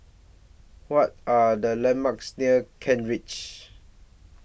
What Are The landmarks near Kent Ridge